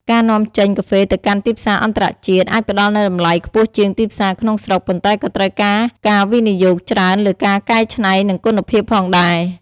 ការនាំចេញកាហ្វេទៅកាន់ទីផ្សារអន្តរជាតិ អាចផ្តល់នូវតម្លៃខ្ពស់ជាងទីផ្សារក្នុងស្រុក ប៉ុន្តែក៏ត្រូវការការវិនិយោគច្រើនលើការកែច្នៃ និងគុណភាពផងដែរ។